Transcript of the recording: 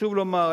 חשוב לומר,